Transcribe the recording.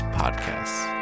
podcasts